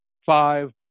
Five